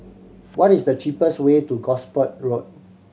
what is the cheapest way to Gosport Road